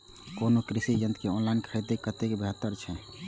कोनो कृषि यंत्र के ऑनलाइन खरीद कतेक बेहतर छै?